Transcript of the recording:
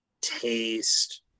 taste-